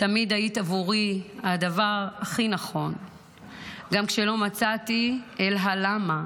תמיד היית עבורי הדבר הכי נכון / גם כשלא מצאתי אל הלמה,